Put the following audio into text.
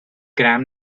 gram